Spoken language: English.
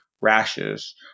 rashes